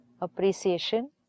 appreciation